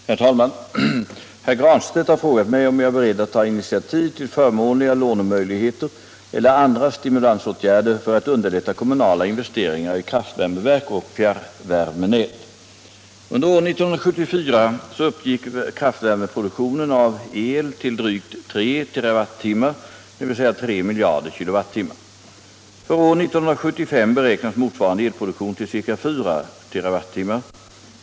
Herr talman! Herr Granstedt har frågat mig om jag är beredd att ta initiativ till förmånliga lånemöjligheter eller andra stimulansåtgärder för att underlätta kommunala investeringar i kraftvärmeverk och fjärrvärmenät. Under år 1974 uppgick kraftvärmeproduktionen av el till drygt 3 terrawattimmar , dvs. 3 miljarder kilowattimmat. För år 1975 beräknas motsvarande elproduktion till ca 4 TWh.